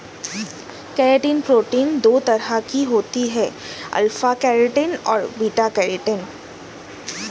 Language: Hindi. केरेटिन प्रोटीन दो तरह की होती है अल्फ़ा केरेटिन और बीटा केरेटिन